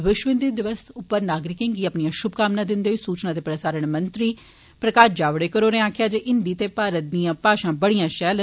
विष्व हिंदी दिवस उप्पर नागरिकें गी अपनियां षुभकामनां दिदे होई सूचना प्रसारण मंत्री प्रकाष जावड़ेकर होरें आक्खेआ जे हिंदी ते भारत दियां भाशां बड़ियां पैल न